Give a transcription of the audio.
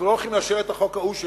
אנחנו לא הולכים לאשר את החוק ההוא,